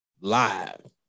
live